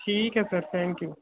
ਠੀਕ ਹੈ sir thank you